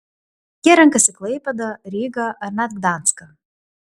jie renkasi klaipėdą rygą ar net gdanską